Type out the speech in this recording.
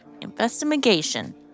investigation